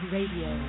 Radio